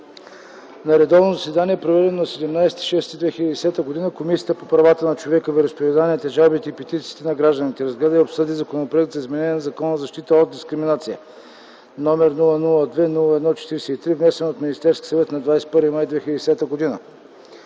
На редовно заседание, проведено на 17 юни 2010 г., Комисията по правата на човека, вероизповеданията, жалбите и петициите на гражданите разгледа и обсъди Законопроект за изменение на Закона за защита от дискриминация, № 002-01-43, внесен от Министерския съвет на 21 май 2010 г.